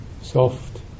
soft